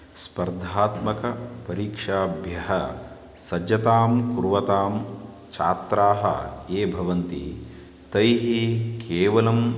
स्पर्धात्मकपरीक्षाभ्यः सज्जतां कुर्वन्तः छात्राः ये भवन्ति तैः केवलं